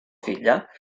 filla